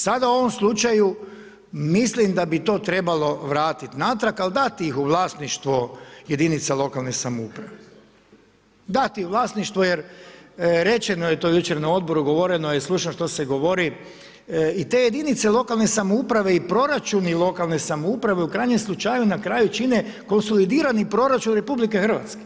Sada u ovom slučaju mislim da bi to trebalo vratiti natrag ali dati ih u vlasništvo jedinica lokalne samouprave, dati u vlasništvo jer rečeno je to jučer na odboru, govoreno je, slušam što se govori i te jedinice lokalne samouprave i proračuni lokalne samouprave u krajnjem slučaju na kraju čine konsolidirani proračun Republike Hrvatske.